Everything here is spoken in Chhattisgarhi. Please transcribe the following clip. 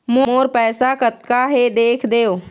मोर पैसा कतका हे देख देव?